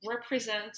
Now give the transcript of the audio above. represent